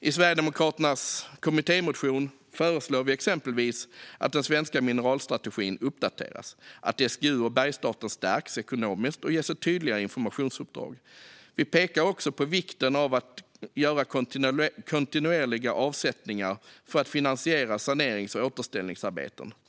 I Sverigedemokraternas kommittémotion föreslår vi exempelvis att den svenska mineralstrategin uppdateras och att SGU och Bergsstaten stärks ekonomiskt och ges ett tydligare informationsuppdrag. Vi pekar också på vikten av att göra kontinuerliga avsättningar för att finansiera sanerings och återställningsarbeten.